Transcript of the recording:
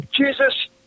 Jesus